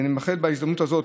בהזדמנות זו,